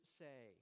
say